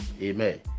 Amen